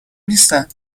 نیستن